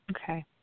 Okay